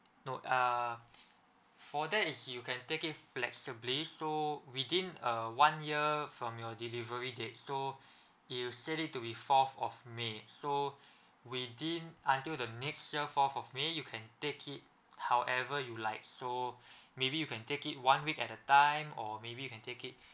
not uh for that is you can take it flexibly so within a one year from your delivery date so you set it to be fourth of may so within until the next year fourth of may you can take it however you like so maybe you can take it one week at a time or maybe you can take it